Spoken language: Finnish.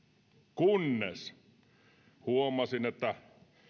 kunnes huomasin että